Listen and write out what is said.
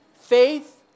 Faith